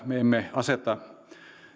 me emme aseta